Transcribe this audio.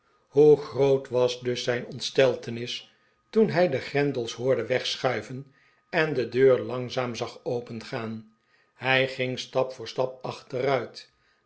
hoe groot was dus zijn ontsteltenis toen hij de grendels hoorde wegschuiven en de deur langzaam zag opengaan hij ging stap voor stap achteruit